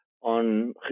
on